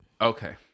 Okay